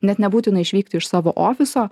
net nebūtina išvykti iš savo ofiso